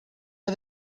are